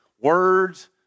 words